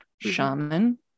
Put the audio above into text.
shaman